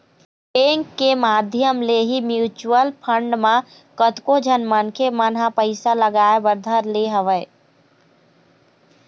bank के माधियम ले ही म्यूचुवल फंड म कतको झन मनखे मन ह पइसा लगाय बर धर ले हवय